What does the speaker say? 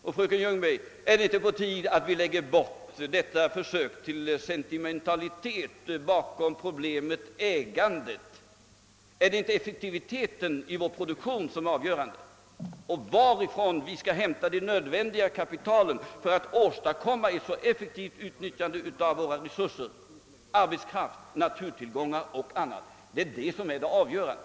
Men är det inte på tiden, fröken Ljungberg, att vi lägger bort denna sentimentala syn på äganderätten? Är det inte i stället effektiviteten i produktionen som är det avgörande? Och varifrån skall vi hämta det nödvändiga kapitalet för att kunna åstadkomma ett effektivt utnyttjande av våra resurser: arbetskraft, naturtillgångar och annat? Det är detta som är det avgörande.